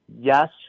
Yes